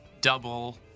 double